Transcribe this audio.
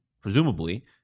presumably